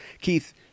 Keith